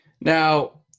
Now